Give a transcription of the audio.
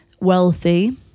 wealthy